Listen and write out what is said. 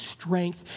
strength